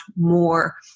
more